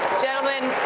gentlemen,